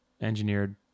engineered